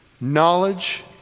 knowledge